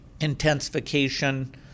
intensification